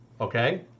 okay